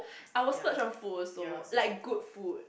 I will splurge on food also like good food